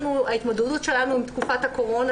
ההתמודדות שלנו עם תקופת הקורונה,